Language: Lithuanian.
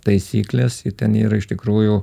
taisykles ji ten yra iš tikrųjų